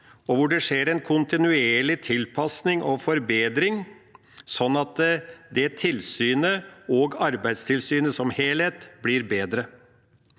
og hvor det skjer en kontinuerlig tilpasning og forbedring, sånn at det tilsynet og Arbeidstilsynet som helhet blir bedre.